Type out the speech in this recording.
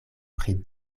pri